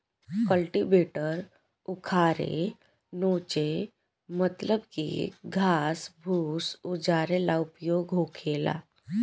cultivator उखारे नोचे मतलब की घास फूस उजारे ला उपयोग होखेला